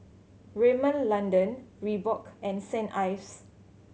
Rimmel London Reebok and Saint Ives